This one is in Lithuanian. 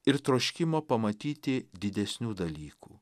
ir troškimo pamatyti didesnių dalykų